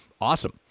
Awesome